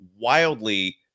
wildly